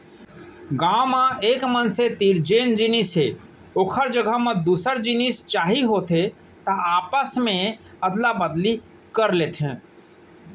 गाँव म एक मनसे तीर जेन जिनिस हे ओखर जघा म दूसर जिनिस चाही होथे त आपस मे अदला बदली कर लेथे